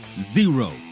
zero